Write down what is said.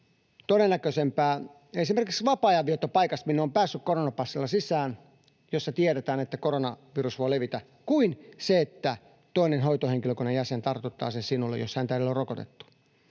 on todennäköisempää esimerkiksi vapaa-ajanviettopaikassa, minne on päässyt koronapassilla sisään ja jossa tiedetään, että koronavirus voi levitä, kuin niin, että toinen hoitohenkilökunnan jäsen tartuttaa sen sinulle, jos häntä ei ole rokotettu.